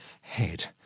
head